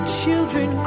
children